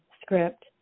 script